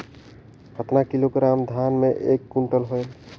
कतना किलोग्राम धान मे एक कुंटल होयल?